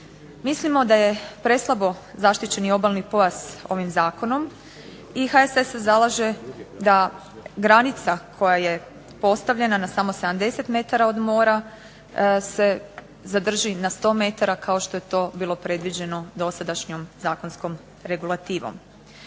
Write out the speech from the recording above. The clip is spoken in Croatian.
Mislimo da je preslabo zaštićeni obalni pojas ovim zakonom, i HSS se zalaže da granica koja je postavljena na samo 70 metara od mora se zadrži na 100 metara kao što je to bilo predviđeno dosadašnjom zakonskom regulativom.